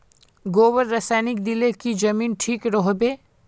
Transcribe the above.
गोबर रासायनिक दिले की जमीन ठिक रोहबे?